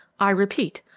i repeat,